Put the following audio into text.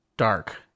Dark